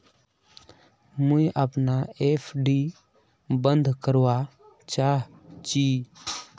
मुई अपना एफ.डी बंद करवा चहची